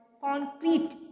concrete